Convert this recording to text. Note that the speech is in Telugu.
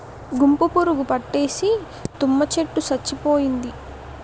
గుంపు పురుగు పట్టేసి తుమ్మ చెట్టు సచ్చిపోయింది